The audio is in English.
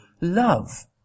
love